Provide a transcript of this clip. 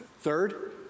Third